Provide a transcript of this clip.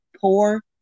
poor